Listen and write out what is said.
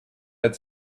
had